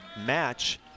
match